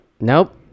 nope